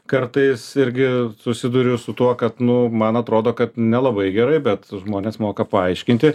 kartais irgi susiduriu su tuo kad nu man atrodo kad nelabai gerai bet žmonės moka paaiškinti